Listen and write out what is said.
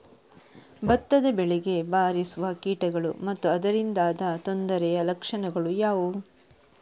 ಭತ್ತದ ಬೆಳೆಗೆ ಬಾರಿಸುವ ಕೀಟಗಳು ಮತ್ತು ಅದರಿಂದಾದ ತೊಂದರೆಯ ಲಕ್ಷಣಗಳು ಯಾವುವು?